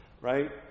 right